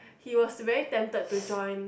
he was very tempted to join